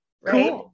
Right